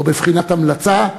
או בבחינת המלצה,